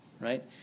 Right